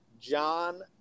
John